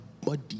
body